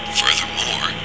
furthermore